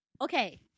Okay